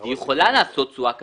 היא כן יכולה לעשות תשואה כזאת,